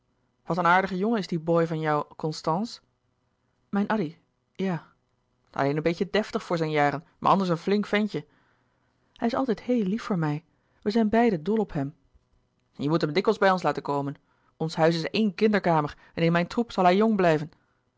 wat een aardige jongen is die boy van jou constance mijn addy ja alleen een beetje deftig voor zijn jaren maar anders een flink ventje hij is altijd heel lief voor mij wij zijn beiden dol op hem je moet hem dikwijls bij ons laten komen ons huis is eén kinderkamer en in mijn troep zal hij jong blijven